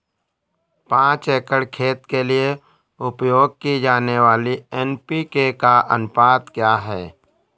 पाँच एकड़ खेत के लिए उपयोग की जाने वाली एन.पी.के का अनुपात क्या है?